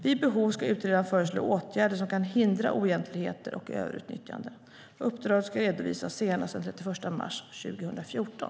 Vid behov ska utredaren föreslå åtgärder som kan hindra oegentligheter och överutnyttjande. Uppdraget ska redovisas senast den 31 mars 2014.